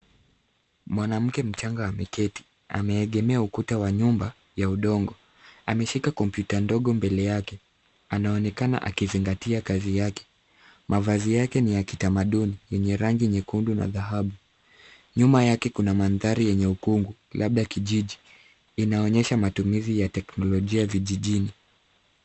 Mwanamke mchanga ameketi, ameegemea ukuta wa nyumba ya udongo. Ameshika kompyuta ndogo mbele yake. Anaonekana akizingayia kazi yake. Mavazi yake ni ya kitamaduni yenye rangi nyekundu na dhahabu .Nyuma yake kuna mandhari yenye ukungu labda kijiji. Inaonyesha matumizi ya kiteknolojia kijijini.